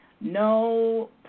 no